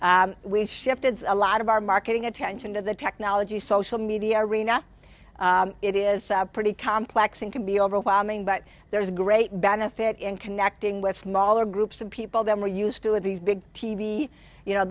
we shifted a lot of our marketing attention to the technology social media arena it is pretty complex and can be overwhelming but there is great benefit in connecting with smaller groups of people that were used to these big t v you know